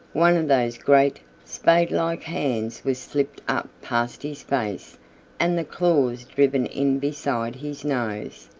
one of those great, spadelike hands was slipped up past his face and the claws driven in beside his nose.